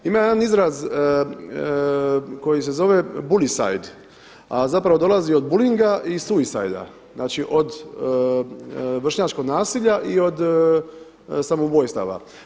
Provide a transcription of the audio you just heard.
Ima jedan izraz koji se zove bullycide a zapravo dolazi od bulinga i suicide, znači od vršnjačkog nasilja i od samoubojstava.